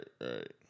right